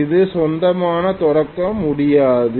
அது சொந்தமாக தொடங்க முடியாது